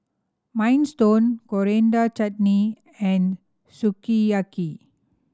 Minestrone Coriander Chutney and Sukiyaki